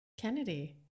Kennedy